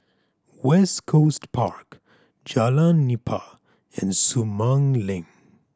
West Coast Park Jalan Nipah and Sumang Link